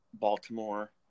Baltimore